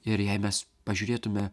ir jei mes pažiūrėtume